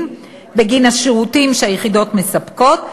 בגין השירותים שהיחידות מספקות,